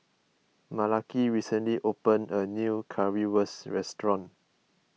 Malaki recently opened a new Currywurst restaurant